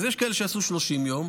אז יש כאלה שעשו 30 יום,